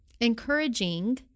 encouraging